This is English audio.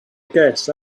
guess